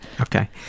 Okay